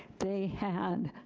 they had,